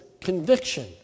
conviction